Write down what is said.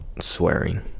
swearing